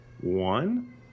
one